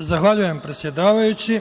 Zahvaljujem, predsedavajuća.